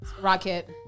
Rocket